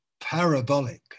parabolic